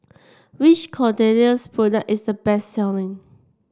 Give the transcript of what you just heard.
which Kordel's product is the best selling